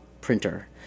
printer